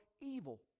evil